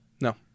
No